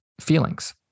feelings